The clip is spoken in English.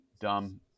dumb